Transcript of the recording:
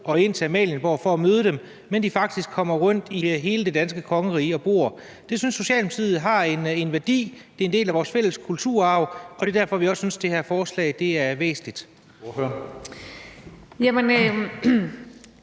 og ind til Amalienborg for at møde dem, men hvor de faktisk kommer rundt i hele det danske kongerige og bor. Det synes Socialdemokratiet har en værdi. Det er en del af vores fælles kulturarv, og det er derfor, vi også synes, det her forslag er væsentligt.